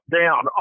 down